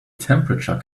temperature